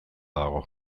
dago